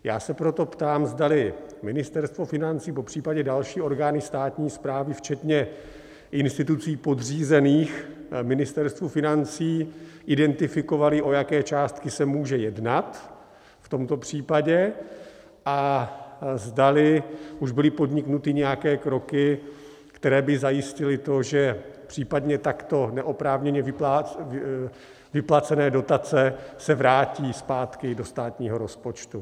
Já se proto ptám, zdali Ministerstvo financí, popřípadě další orgány státní správy včetně institucí podřízených Ministerstvu financí identifikovaly, o jaké částky se může jednat v tomto případě a zdali už byly podniknuty nějaké kroky, které by zajistily to, že případně takto neoprávněně vyplacené dotace se vrátí zpátky do státního rozpočtu.